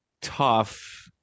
tough